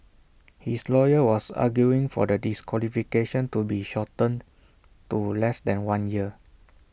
his lawyer was arguing for the disqualification to be shortened to less than one year